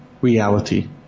reality